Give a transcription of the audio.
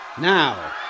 Now